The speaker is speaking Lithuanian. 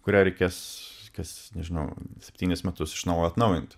kurią reikės kas nežinau septynis metus iš naujo atnaujinti